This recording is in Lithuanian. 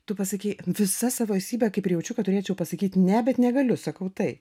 tu pasakei visa savo esybe kaip ir jaučiu kad turėčiau pasakyti ne bet negaliu sakau tai